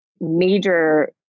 major